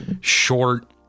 short